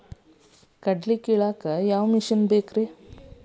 ಕಡ್ಲಿ ಕೇಳಾಕ ಯಾವ ಮಿಷನ್ ಪಾಡ್ರಿ?